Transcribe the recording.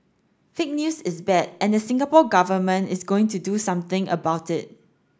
fake news is bad and the Singapore Government is going to do something about it